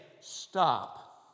stop